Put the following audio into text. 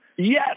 Yes